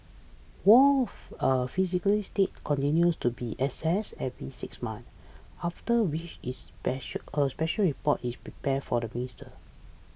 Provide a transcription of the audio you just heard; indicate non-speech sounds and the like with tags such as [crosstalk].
Wong's a psychiatric state continues to be assessed every six months after which is [unintelligible] a special report is prepared for the minister